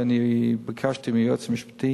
שאני ביקשתי מהיועץ המשפטי